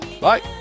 Bye